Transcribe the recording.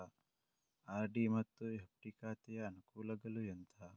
RD ಮತ್ತು FD ಖಾತೆಯ ಅನುಕೂಲಗಳು ಎಂತ?